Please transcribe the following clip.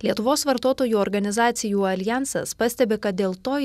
lietuvos vartotojų organizacijų aljansas pastebi kad dėl to į